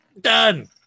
Done